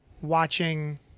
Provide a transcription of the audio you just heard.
watching